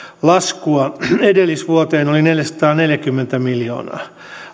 laskua edellisvuoteen oli neljäsataaneljäkymmentä miljoonaa